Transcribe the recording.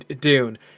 Dune